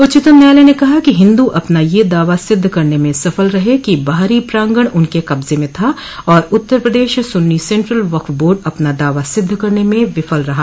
उच्चतम न्यायालय ने कहा कि हिन्दू अपना यह दावा सिद्ध करने में सफल रहे कि बाहरी प्रांगण उनके कब्जे में था और उत्तर प्रदेश सुन्नी सेंट्रल वक्फ बोर्ड अपना दावा सिद्ध करने में विफल रहा